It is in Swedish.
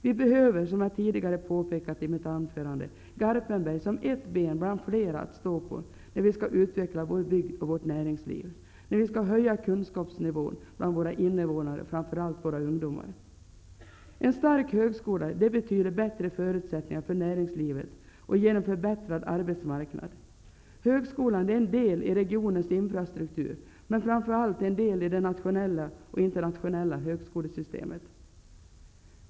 Vi behöver, som jag tidigare i mitt anförande har påpekat, Garpenberg som ett ben bland flera att stå på när vi skall utveckla vår bygd och vårt näringsliv och när vi skall höja kunskapsnivån bland våra invånare, framför allt våra ungdomar. En stark högskola betyder bättre förutsättningar för näringslivet och ger en förbättrad arbetsmarknad. Högskolan är en del i regionens infrastruktur, men framför allt är det en del i det nationella och internationella högskolesystemet.